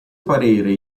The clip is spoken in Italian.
parere